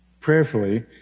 prayerfully